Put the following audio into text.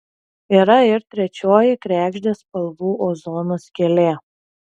yra ir trečioji kregždės spalvų ozono skylė